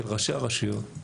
של ראשי הרשויות,